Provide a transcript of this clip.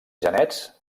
genets